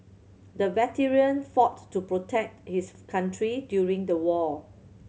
the veteran fought to protect his country during the war